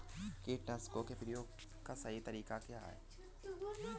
कीटनाशकों के प्रयोग का सही तरीका क्या है?